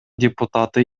депутаты